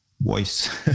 voice